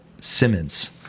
Simmons